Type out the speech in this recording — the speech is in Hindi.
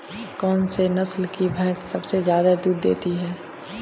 कौन सी नस्ल की भैंस सबसे ज्यादा दूध देती है?